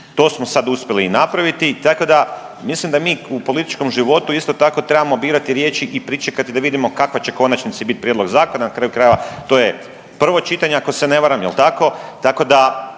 To samo sad uspjeli i napraviti tako da mislim da mi u političkom životu isto tako trebamo birati riječi i pričekati da vidimo kakva će u konačnici biti prijedlog zakona, na kraju krajeva to je prvo čitanje ako se ne varam jel tako.